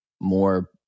more